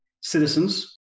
citizens